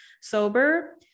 sober